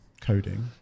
coding